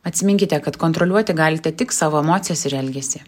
atsiminkite kad kontroliuoti galite tik savo emocijas ir elgesį